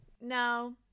No